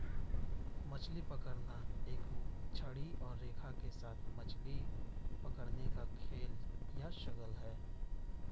मछली पकड़ना एक छड़ी और रेखा के साथ मछली पकड़ने का खेल या शगल है